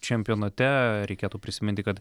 čempionate reikėtų prisiminti kad